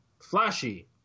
flashy